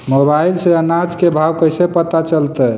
Mobile से अनाज के भाव कैसे पता चलतै?